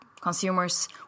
consumers